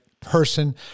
Person